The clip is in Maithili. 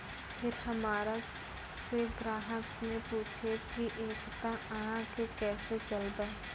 फिर हमारा से ग्राहक ने पुछेब की एकता अहाँ के केसे चलबै?